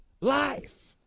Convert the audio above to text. life